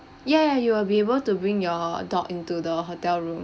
ya ya you will be able to bring your dog into the hotel room